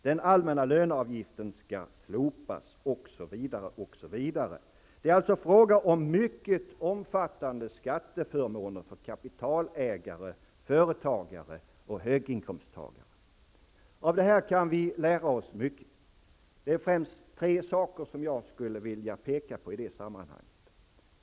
Den allmänna löneavgiften skall slopas osv. Det är alltså fråga om mycket omfattande skatteförmåner för kapitalägare, företagare och höginkomsttagare. Av detta kan vi lära oss mycket. Det är främst tre saker som jag skulle vilja peka på i det sammanhanget.